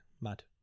mad